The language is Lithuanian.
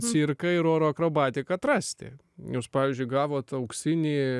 cirką ir oro akrobatiką atrasti jūs pavyzdžiui gavot auksinį